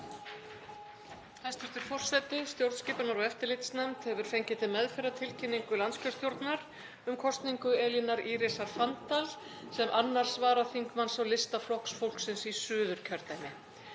Hæstv. forseti. Stjórnskipunar- og eftirlitsnefnd hefur fengið til meðferðar tilkynningu landskjörstjórnar um kosningu Elínar Írisar Fanndal sem 2. varaþingmanns á lista Flokks fólksins í Suðurkjördæmi.